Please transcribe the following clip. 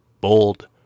Bold